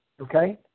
Okay